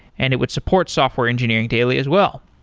and it would support software engineering daily as well.